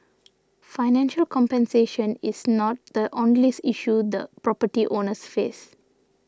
financial compensation is not the only issue the property owners face